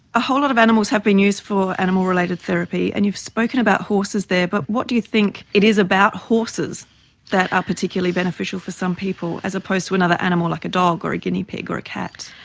a whole lot of animals have been used for animal related therapy, and you've spoken about horses there, but what do you think it is about horses that are particularly beneficial for some people as opposed to another animal like a dog or a guinea pig or a cat?